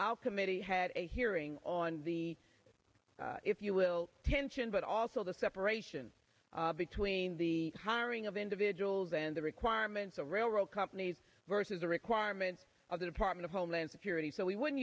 our committee had a hearing on the if you will tension but also the separation between the hiring of individuals and the requirements of railroad companies versus the requirements of the department of homeland security so w